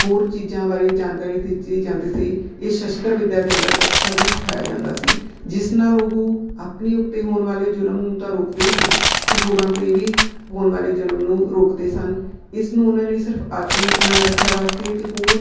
ਹੋਰ ਚੀਜ਼ਾਂ ਬਾਰੇ ਜਾਣਕਾਰੀ ਦਿੱਤੀ ਜਾਂਦੀ ਸੀ ਇਹ ਸ਼ਸਤਰ ਵਿੱਦਿਆ ਦੇ ਅੰਦਰ ਗਤਕਾ ਵੀ ਸਿਖਾਇਆ ਜਾਂਦਾ ਸੀ ਜਿਸ ਨਾਲ ਉਹ ਆਪਣੇ ਉੱਤੇ ਹੋਣ ਵਾਲੇ ਜ਼ੁਲਮ ਨੂੰ ਤਾਂ ਰੋਕਦੇ ਹੀ ਸਨ ਅਤੇ ਹੋਰਾਂ 'ਤੇ ਵੀ ਹੋਣ ਵਾਲੇ ਜ਼ੁਲਮ ਨੂੰ ਰੋਕਦੇ ਸਨ ਇਸ ਨੂੰ ਉਹਨਾਂ ਨੇ ਸਿਰਫ ਆਤਮ ਰੱਖਿਆ ਵਾਸਤੇ ਅਤੇ ਹੋਰ